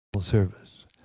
service